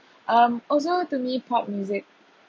um also to me pop music